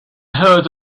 heard